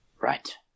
Right